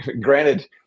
granted